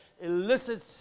illicit